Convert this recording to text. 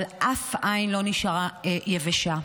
אבל אף עין לא נשארה יבשה.